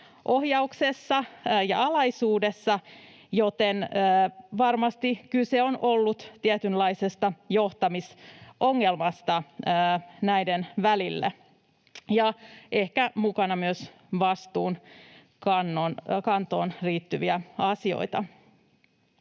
ohjauksessa ja alaisuudessa, joten varmasti kyse on ollut tietynlaisesta johtamisongelmasta näiden välillä, ja ehkä mukana on myös vastuunkantoon liittyviä asioita.